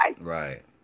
Right